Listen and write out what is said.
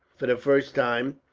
for the first time,